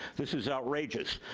this is outrageous.